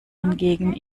hingegen